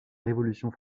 révolution